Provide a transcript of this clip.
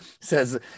Says